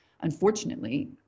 unfortunately